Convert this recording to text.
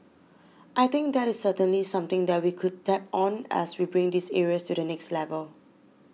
I think that is certainly something that we could tap on as we bring these areas to the next level